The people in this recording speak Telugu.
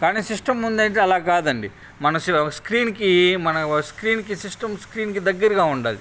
కానీ సిస్టమ్ ముందు అయితే అలా కాదండి మన స్క్రీన్ మన స్క్రీన్కి సిస్టమ్ స్క్రీన్కి దగ్గరగా ఉండాలి